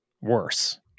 worse